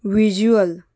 visual